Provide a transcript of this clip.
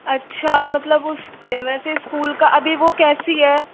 अच्छा मतलब उस वैसे स्कूल का अभी वो कैसी है